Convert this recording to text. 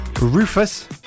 Rufus